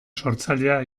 sortzailea